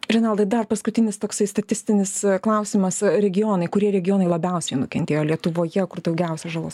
renaldai dar paskutinis toksai statistinis klausimas regionai kurie regionai labiausiai nukentėjo lietuvoje kur daugiausiai žalos